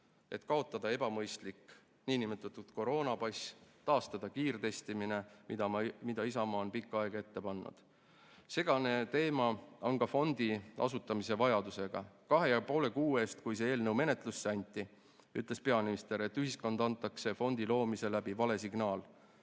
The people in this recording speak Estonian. et kaotada ebamõistlik nn koroonapass ja taastada kiirtestimine. Isamaa on seda juba pikka aega ette pannud. Segane teema on ka fondi asutamise vajadusega. Kahe ja poole kuu eest, kui see eelnõu menetlusse anti, ütles peaminister, et ühiskonda antakse fondi loomisega vale signaal,